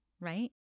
right